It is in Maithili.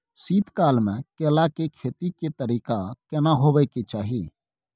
शीत काल म केला के खेती के तरीका केना होबय के चाही?